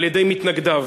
על-ידי מתנגדיו.